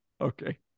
Okay